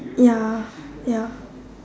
ya ya